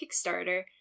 kickstarter